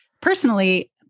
personally